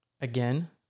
again